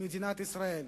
מדינת ישראל.